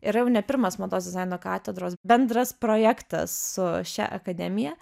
yra jau ne pirmas mados dizaino katedros bendras projektas su šia akademija